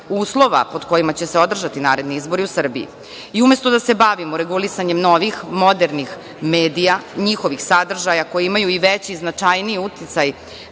uslova pod kojima će se održati naredni izbori u Srbiji. Umesto da se bavimo regulisanjem novih, modernih medija, njihovih sadržaja koji imaju veći i značajniji uticaj,